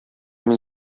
мин